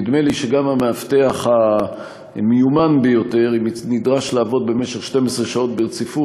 נדמה לי שגם כשהמאבטח המיומן ביותר נדרש לעבוד במשך 12 שעות ברציפות,